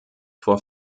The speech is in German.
vor